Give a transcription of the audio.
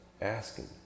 asking